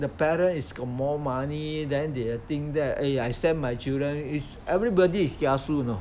the parent is got more money then they think that eh I send my children is everybody is kiasu you know